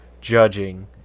judging